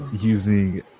using